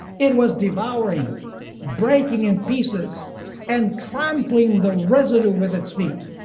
it was devouring breaking in pieces and trampling the residue with its feet.